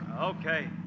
Okay